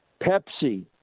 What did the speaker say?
pepsi